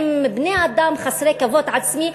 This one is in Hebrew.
עם בני-אדם חסרי כבוד עצמי?